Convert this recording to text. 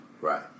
right